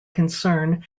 concern